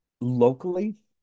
locally